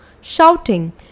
shouting